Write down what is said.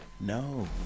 No